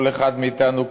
כל אחד מאתנו,